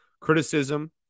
criticism